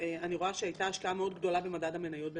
אני רואה שהייתה השקעה מאוד גדולה במדד המניות ביפן,